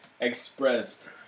expressed